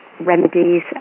remedies